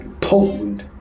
potent